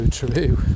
true